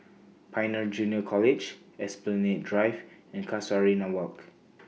Pioneer Junior College Esplanade Drive and Casuarina Walk